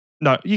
No